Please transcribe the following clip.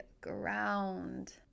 ground